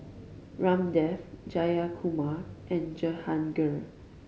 Ramdev Jayakumar and Jehangirr